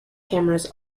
cameras